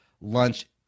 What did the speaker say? lunch